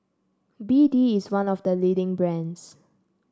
B D is one of the leading brands